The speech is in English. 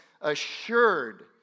assured